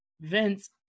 Vince